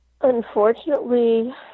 Unfortunately